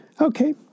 okay